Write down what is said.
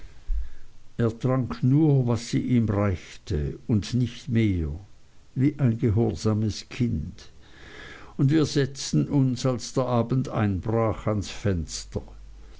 er trank nur was sie ihm reichte und nicht mehr wie ein gehorsames kind und wir setzten uns als der abend anbrach ans fenster